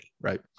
right